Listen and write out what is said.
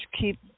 keep